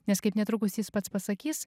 nes kaip netrukus jis pats pasakys